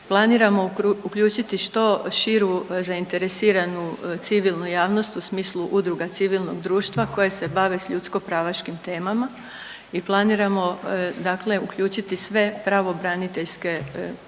Planiramo uključiti što širu zainteresiranu civilnu javnost u smislu udruga civilnog društva koje se bave s ljudsko pravaškim temama i planiramo dakle uključiti sve pravobraniteljske urede